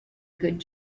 good